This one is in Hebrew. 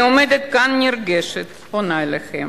אני עומדת כאן נרגשת, פונה אליכם.